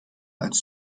als